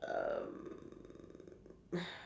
erm